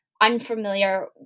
unfamiliar